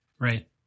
Right